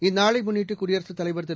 இந்நாளை முன்னிட்டு குடியரசுத் தலைவர் திரு